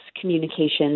communications